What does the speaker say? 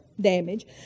damage